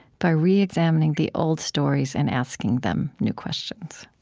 by reexamining the old stories and asking them new questions.